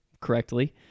correctly